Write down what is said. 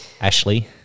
Ashley